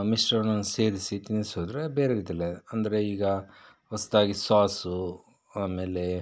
ಮಿಶ್ರಣವನ್ನು ಸೇರಿಸಿ ತಿನಿಸಿದರೆ ಬೇರೆ ರೀತಿಯಲ್ಲಿ ಅಂದರೆ ಈಗ ಹೊಸದಾಗಿ ಸಾಸು ಆಮೇಲೆ